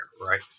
right